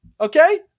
Okay